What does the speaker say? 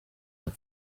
what